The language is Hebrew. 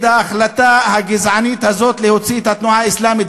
ההחלטה הגזענית הזאת להוציא את התנועה האסלאמית,